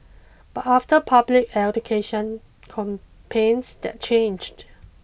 but after public education campaigns that changed